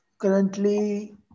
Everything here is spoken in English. Currently